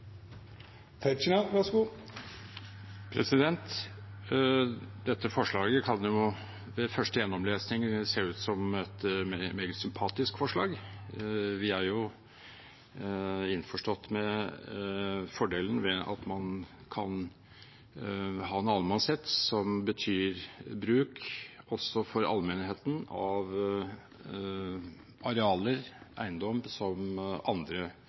Dette forslaget kan ved første gjennomlesning se ut som et meget sympatisk forslag. Vi er jo innforstått med fordelen ved at man kan ha en allemannsrett som betyr bruk også for allmennheten av arealer og eiendom som andre